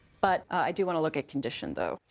but i do want to look at condition, though.